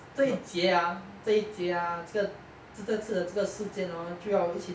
这一届 ah 这一届这个这这次的这个事件 hor 就要一起